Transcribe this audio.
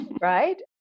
right